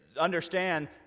understand